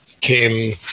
came